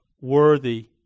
worthy